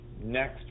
next